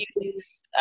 use